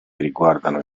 riguardano